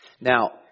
Now